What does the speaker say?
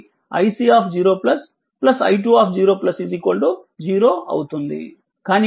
5 ampere కాబట్టి iC0 0